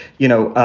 you know,